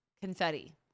confetti